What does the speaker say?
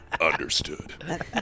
Understood